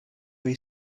way